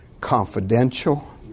Confidential